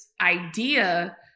idea